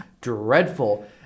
dreadful